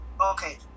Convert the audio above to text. okay